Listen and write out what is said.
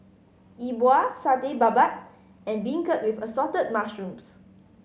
Yi Bua Satay Babat and beancurd with Assorted Mushrooms